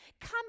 Come